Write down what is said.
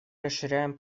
расширяем